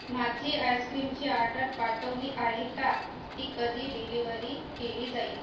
माझी आईसक्रीमची आर्डर पाठवली आहे का ती कधी डिलिव्हरी केली जाईल